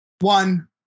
one